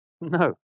No